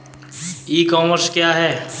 ई commerce क्या है?